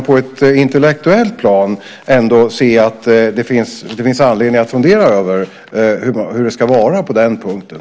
På ett intellektuellt plan kan jag dock se att det finns anledning att fundera över hur det ska vara på den punkten.